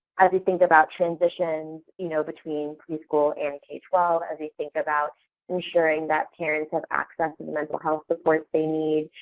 as we think about transitions you know between preschool and k twelve, as we think about ensuring that parents have access to and mental health supports they need,